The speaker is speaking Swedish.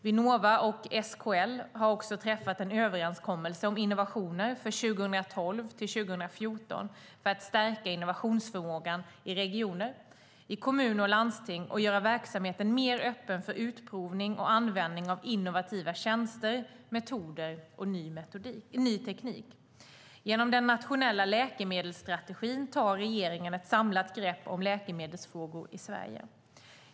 Vinnova och SKL har också träffat en överenskommelse om innovationer för 2012-2014 för att stärka innovationsförmågan i regioner, kommuner och landsting och göra verksamheten mer öppen för utprovning och användning av innovativa tjänster, metoder och ny teknik. Genom den nationella läkemedelsstrategin tar regeringen ett samlat grepp om läkemedelsfrågor i Sverige.